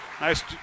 Nice